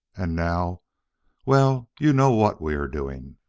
and now well you know what we are doing.